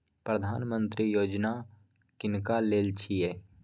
प्रधानमंत्री यौजना किनका लेल छिए?